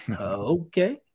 Okay